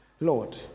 lord